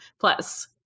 plus